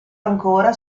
ancora